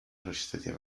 resistencia